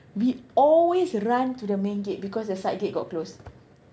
we always run to the main gate because the side gate got closed